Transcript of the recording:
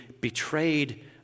betrayed